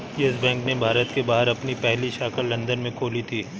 yes Bank ने भारत के बाहर अपनी पहली शाखा लंदन में खोली थी